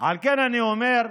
על כן אני אומר: